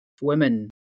women